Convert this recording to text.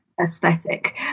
aesthetic